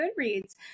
Goodreads